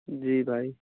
جی بھائی